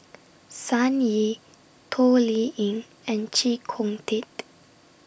Sun Yee Toh Liying and Chee Kong Tet